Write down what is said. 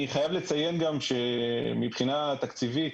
אני חייב לציין גם שמבחינה תקציבית